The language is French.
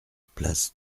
place